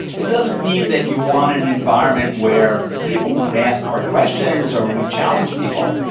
it doesn't mean that you want an environment where people won't ask hard questions, or will challenge people,